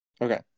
Okay